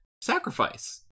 sacrifice